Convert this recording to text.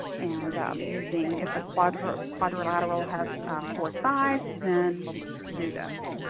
and using if the quadrilateral quadrilateral has four sides, then do this.